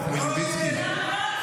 לא יהיה.